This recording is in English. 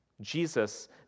Jesus